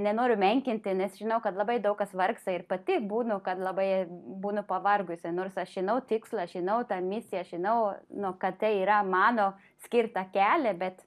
nenoriu menkinti nes žinau kad labai daug kas vargsta ir pati būna kad labai būnu pavargusi nors aš žinau tikslą žinau tą misiją žinau nu kad tai yra mano skirtą kelią bet